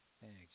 Thanks